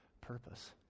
purpose